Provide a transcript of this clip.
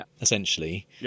essentially